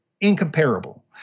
incomparable